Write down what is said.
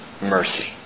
mercy